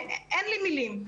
אין לי מלים.